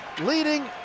leading